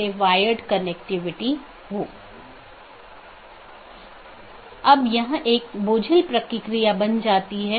1 open message दो सहकर्मी nodes के बीच एक BGP सत्र स्थापित करता है